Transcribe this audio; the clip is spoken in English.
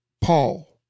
Paul